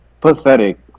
pathetic